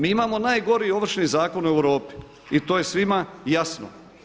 Mi imamo najgori ovršni zakon u Europi i to je svima jasno.